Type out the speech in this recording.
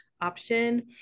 option